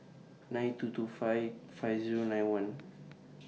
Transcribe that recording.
nine two two five five Zero nine one